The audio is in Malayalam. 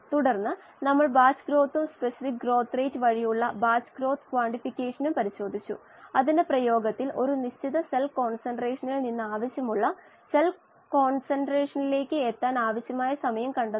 സമയത്തിനെതിരെ DO സമയം സെക്കന്റിലും DO മില്ലി വോൾടിലും നിങ്ങൾക്ക് ഈ വ്യത്യസ്ത വിലകൾ ഉണ്ട് ഈ ഡാറ്റ യാണ് നിങ്ങൾക്ക് KLa കണ്ടെത്താൻ ആവശ്യപ്പെടുന്നത്